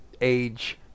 age